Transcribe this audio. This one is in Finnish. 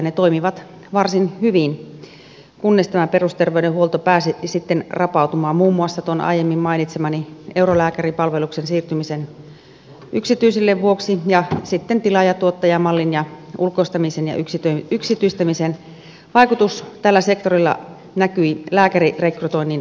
ne toimivat varsin hyvin kunnes tämä perusterveydenhuolto pääsi sitten rapautumaan muun muassa aiemmin mainitsemani eurolääkäripalveluksen yksityisille siirtymisen vuoksi ja sitten tilaajatuottaja mallin ja ulkoistamisen ja yksityistämisen vaikutus tällä sektorilla näkyi lääkärirekrytoinnin vaikeutumisena